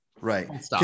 Right